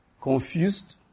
confused